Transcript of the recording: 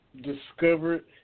discovered